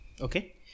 Okay